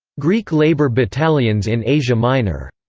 greek labor battalions in asia minor,